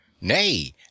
nay